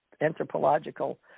anthropological